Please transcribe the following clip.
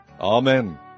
Amen